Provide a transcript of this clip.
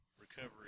recovery